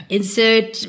Insert